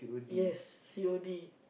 yes C_O_D